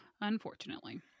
Unfortunately